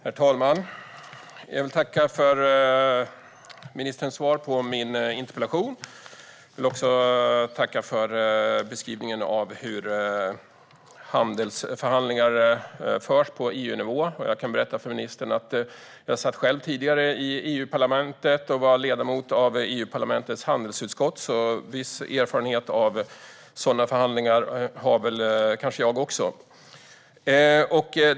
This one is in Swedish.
Herr talman! Jag vill tacka för ministerns svar på min interpellation. Jag vill också tacka för beskrivningen av hur handelsförhandlingar förs på EU-nivå. Jag kan berätta för ministern att jag själv tidigare satt i EU-parlamentet och var ledamot av EU-parlamentets handelsutskott. Viss erfarenhet av sådana förhandlingar har kanske också jag.